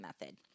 method